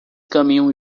caminham